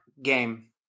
Game